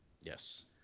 Yes